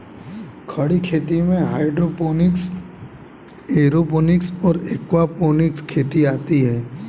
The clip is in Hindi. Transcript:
खड़ी खेती में हाइड्रोपोनिक्स, एयरोपोनिक्स और एक्वापोनिक्स खेती आती हैं